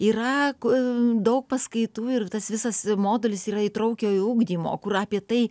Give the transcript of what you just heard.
yra ku daug paskaitų ir tas visas modulis yra įtraukiojo ugdymo kur apie tai